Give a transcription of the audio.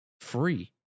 free